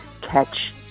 catch